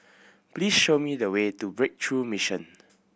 please show me the way to Breakthrough Mission